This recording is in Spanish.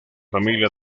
familia